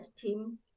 team